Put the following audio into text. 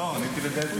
לא, עניתי לדבי.